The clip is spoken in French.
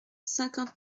cinquante